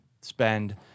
Spend